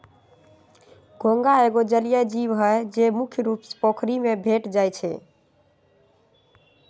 घोंघा एगो जलिये जीव हइ, जे मुख्य रुप से पोखरि में भेंट जाइ छै